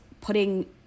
putting